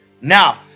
Now